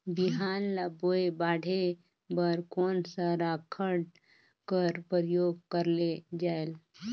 बिहान ल बोये बाढे बर कोन सा राखड कर प्रयोग करले जायेल?